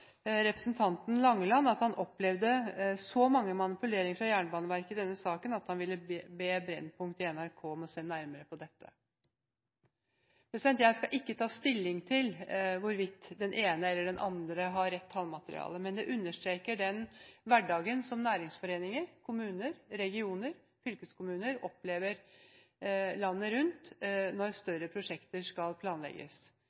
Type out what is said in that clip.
mange manipuleringer fra Jernbaneverket i denne saken at han ville be Brennpunkt i NRK om å se nærmere på dette. Jeg skal ikke ta stilling til hvorvidt den ene eller den andre har rett tallmateriale. Men det understreker den hverdagen som næringsforeninger, kommuner, regioner og fylkeskommuner opplever landet rundt når